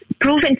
proven